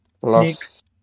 Plus